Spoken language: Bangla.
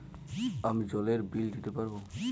আমি জলের বিল দিতে পারবো?